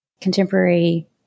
contemporary